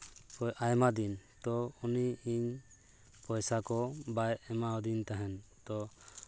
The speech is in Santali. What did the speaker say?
ᱟᱭᱢᱟᱫᱤᱱ ᱛᱚ ᱩᱱᱤ ᱤᱧ ᱯᱚᱭᱥᱟ ᱠᱚ ᱵᱟᱭ ᱮᱢᱟᱣᱟᱹᱫᱤᱧ ᱛᱟᱦᱮᱱ ᱛᱚ